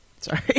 sorry